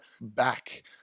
back